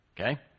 Okay